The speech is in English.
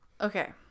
okay